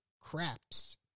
craps